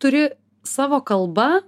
turi savo kalba